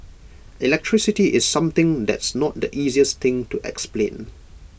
electricity is something that's not the easiest thing to explain